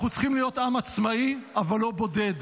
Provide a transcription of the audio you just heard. אנחנו צריכים להיות עם עצמאי, אבל לא בודד.